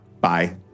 Bye